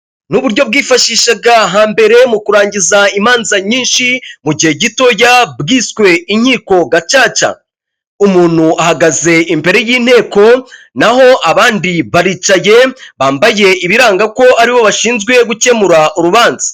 Ni uburyo bwifashishaga hambere mu kurangiza imanza nyinshi mu gihe gitoya bwiswe inkiko gacaca, umuntu ahagaze imbere y'inteko n'aho abandi baricaye bambaye ibiranga ko aribo bashinzwe gukemura urubanza.